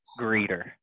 greeter